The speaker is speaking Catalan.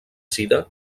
sida